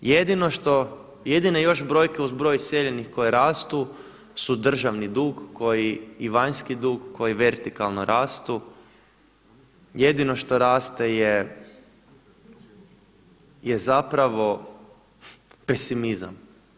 Jedino što, jedine još brojke uz broj iseljenih koje rastu su državni dug koji i vanjski dug koji vertikalno rastu, jedino što raste je zapravo pesimizam.